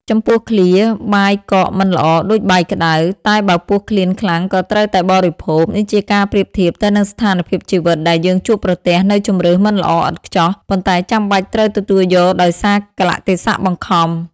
ចំពោះឃ្លា "បាយកកមិនល្អដូចបាយក្ដៅ តែបើពោះឃ្លានខ្លាំងក៏ត្រូវតែបរិភោគ" នេះជាការប្រៀបធៀបទៅនឹងស្ថានភាពជីវិតដែលយើងជួបប្រទះនូវជម្រើសមិនល្អឥតខ្ចោះ ប៉ុន្តែចាំបាច់ត្រូវទទួលយកដោយសារកាលៈទេសៈបង្ខំ។